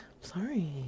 sorry